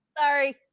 Sorry